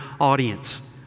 audience